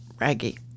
raggy